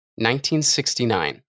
1969